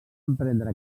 emprendre